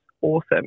awesome